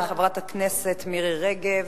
תודה רבה לחברת הכנסת מירי רגב.